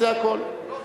זה הכול.